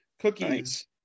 cookies